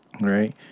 Right